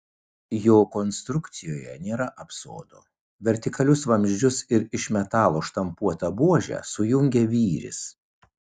jo konstrukcijoje nėra apsodo vertikalius vamzdžius ir iš metalo štampuotą buožę sujungia vyris